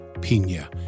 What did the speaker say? Pina